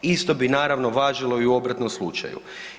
Isto bi naravno važilo i u obratnom slučaju.